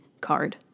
card